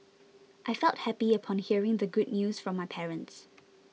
I felt happy upon hearing the good news from my parents